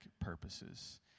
purposes